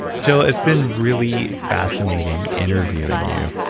jill, it's been really fascinating interviewing you.